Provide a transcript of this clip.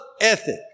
ethic